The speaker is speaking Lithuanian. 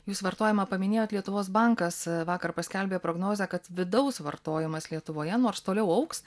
jūs vartojimą paminėjot lietuvos bankas vakar paskelbė prognozę kad vidaus vartojimas lietuvoje nors toliau augs